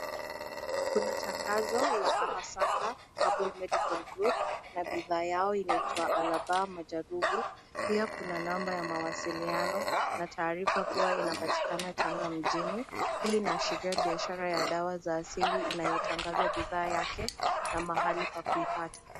Kuna tangazo la Ahasaka Herbal Medical Group na bidhaa yao inaitwa Albaa Mujarrabu, pia kuna namba ya mawasiliano na taarifa kuwa inapatikana tanga mjini, hii inaashiria biashara ya dawa za azili inayotangaza vifaa yake na mahali pa kupata.